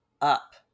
up